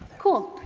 cool.